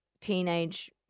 teenage